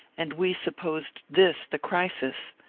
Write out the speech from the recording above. and we supposed this the crisis.